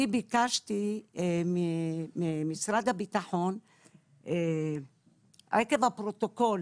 אני ביקשתי ממשרד הביטחון עקב הפרוטוקול